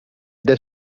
dai